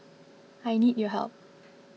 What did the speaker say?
I need your help